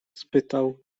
spytał